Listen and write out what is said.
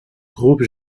groupes